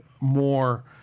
more